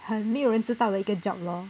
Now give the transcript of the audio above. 很没有人知道的一个 job lor